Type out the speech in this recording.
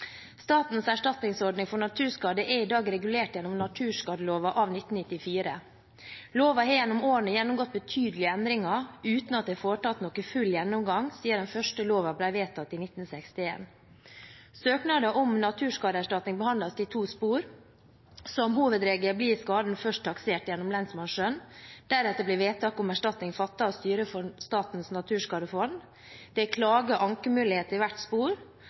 Statens erstatningsordning for naturskader er i dag regulert gjennom naturskadeloven av l994. Loven har gjennom årene gjennomgått betydelige endringer uten at det er foretatt noen full gjennomgang siden den første loven ble vedtatt i 1961. Søknader om naturskadeerstatning behandles i to spor. Som hovedregel blir skaden først taksert gjennom lensmannsskjønn, deretter blir vedtak om erstatning fattet av styret for Statens naturskadefond. Det er klage-/ankemuligheter i hvert spor.